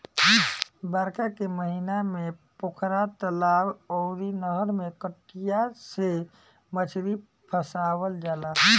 बरखा के महिना में पोखरा, तलाब अउरी नहर में कटिया से मछरी फसावल जाला